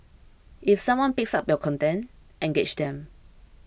if someone picks up your content engage them